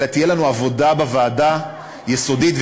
אלא תהיה לנו עבודה יסודית בוועדה,